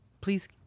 please